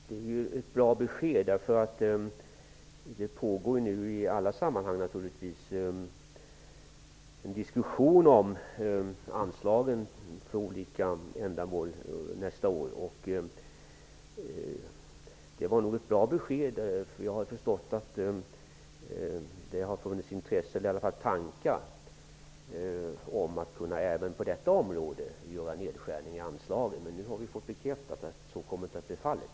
Herr talman! Det är ett bra besked. Det pågår ju nu i alla sammanhang en diskussion om anslagen för olika ändamål nästa år. Beskedet här är alltså bra. Men såvitt jag förstår har det funnits åtminstone tankar på att även på detta område göra nedskärningar i fråga om anslagen. Nu har vi dock fått bekräftat att så inte blir fallet.